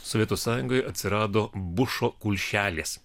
sovietų sąjungoje atsirado bušo kulšelės